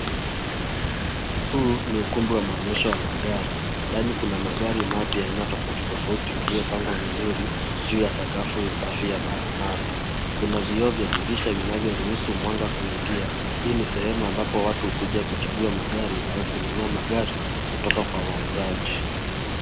Huu ni ukumbi wa maonyesho ya magari. Ndani kuna magari mapya aina tofauti tofauti yaliyopangwa vizuri juu ya sakafu safi ya marumaru. Kuna vyoo vya dirisha vinavyoruhusu mwanga kuingia. Hii ni sehemu ambapo watu hukuja kuchagua magari au kununua magari kutoka kwa wauzaji.